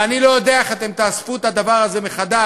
ואני לא יודע איך אתם תאספו את הדבר הזה מחדש,